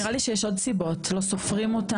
נראה לי שיש עוד סיבות, הם לא סופרים אותנו.